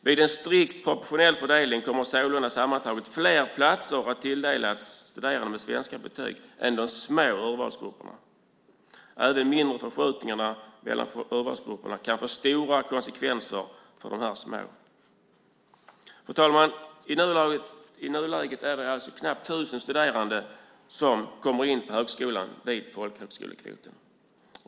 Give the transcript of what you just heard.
Vid en strikt proportionell fördelning kommer sålunda sammantaget fler platser att tilldelas studerande med svenska gymnasiebetyg än de små urvalsgrupperna. Även mindre förskjutningar i förhållandet mellan urvalsgrupperna kan få stora konsekvenser för de små. Fru talman! I nuläget är det knappt 1 000 studerande som kommer in på högskolan via folkhögskolekvoten.